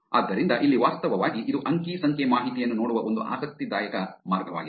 ಆದ್ದರಿಂದ ಇಲ್ಲಿ ವಾಸ್ತವವಾಗಿ ಇದು ಅಂಕಿ ಸಂಖ್ಯೆ ಮಾಹಿತಿಯನ್ನು ನೋಡುವ ಒಂದು ಆಸಕ್ತಿದಾಯಕ ಮಾರ್ಗವಾಗಿದೆ